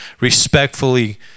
respectfully